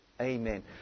Amen